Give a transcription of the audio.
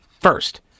First